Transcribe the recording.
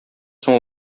соң